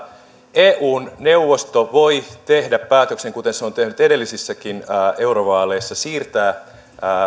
eun neuvosto voi tehdä päätöksen kuten se on tehnyt edellisissäkin eurovaaleissa siirtää